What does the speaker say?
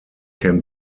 can